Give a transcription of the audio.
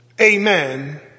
Amen